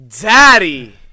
daddy